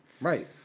Right